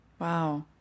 Wow